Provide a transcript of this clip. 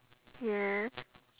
yes